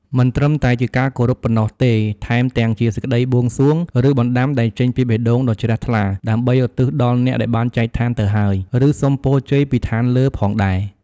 មិនត្រឹមតែជាការគោរពប៉ុណ្ណោះទេ ថែមទាំងជា សេចក្ដីបួងសួង ឬបណ្ដាំ ដែលចេញពីបេះដូងដ៏ជ្រះថ្លា ដើម្បីឧទ្ទិសដល់អ្នកដែលបានចែកឋានទៅហើយ ឬសុំពរជ័យពីឋានលើផងដែរ។